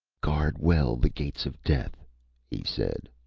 guard well the gates of death he said,